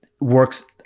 works